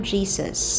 Jesus